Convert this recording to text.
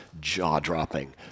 jaw-dropping